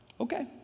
Okay